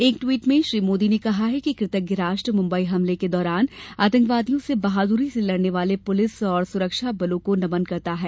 एक ट्वीट में श्री मोदी ने ॅ कहा कृतज्ञ राष्ट्र मुम्बई हमले के दौरान आतंकवादियों से बहादुरी से लड़ने वाले पुलिस और सुरक्षा बलों को नमन करता है